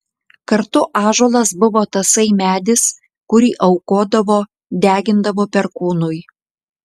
kartu ąžuolas buvo tasai medis kurį aukodavo degindavo perkūnui